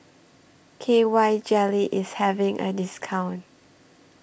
K Y Jelly IS having A discount